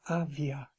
avia